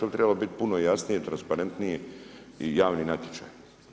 To bi trebalo biti puno jasnije i transparentnije i javni natječaj.